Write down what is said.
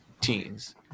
teens